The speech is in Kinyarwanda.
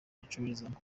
bacururizamo